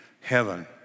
heaven